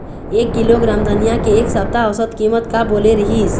एक किलोग्राम धनिया के एक सप्ता औसत कीमत का बोले रीहिस?